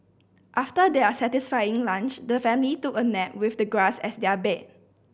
after their satisfying lunch the family took a nap with the grass as their bed